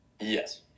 Yes